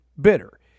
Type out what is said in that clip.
bitter